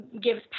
gives